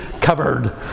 covered